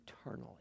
eternally